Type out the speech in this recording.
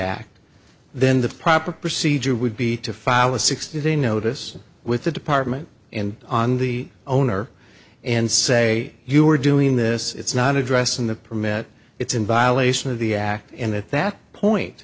act then the proper procedure would be to file a sixty day notice with the department and on the owner and say you are doing this it's not addressed in the permit it's in violation of the act and at that point